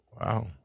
Wow